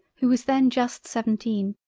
who was then just seventeen